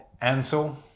Ansel